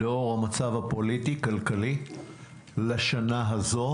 לאור המצב הפוליטי-כלכלי לשנה הזו,